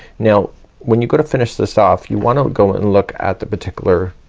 now when you go to finish this off you wanna go and look at the particular